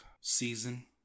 season